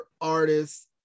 artists